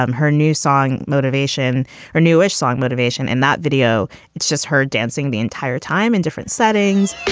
um her new song motivation or newish song motivation in that video it's just her dancing the entire time in different settings